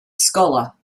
scholar